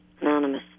Anonymous